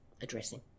addressing